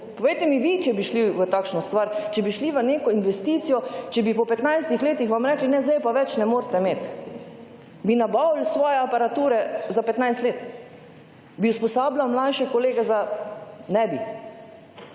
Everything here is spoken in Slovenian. Povejte mi vi, če bi šli v takšno stvar, če bi šli v neko investicijo, če bi po 15 letih vam rekli, ne, sedaj je pa več na morete imeti. Bi nabavili svoje aparature za 15 let? Bi usposabljal mlajše kolega za…? Ne bi.